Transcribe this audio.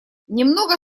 немного